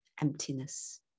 Emptiness